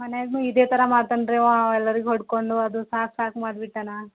ಮನ್ಯಾಗುನು ಇದೇ ಥರ ಮಾಡ್ತಾನೆ ರೀ ಅವ ಅವ ಎಲ್ಲರಿಗು ಹೊಡಕೊಂಡು ಅದು ಸಾಕು ಸಾಕು ಮಾಡ್ಬೀಟ್ಟಾನೆ